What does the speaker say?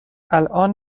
الان